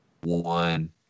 one